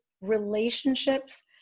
relationships